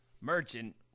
Merchant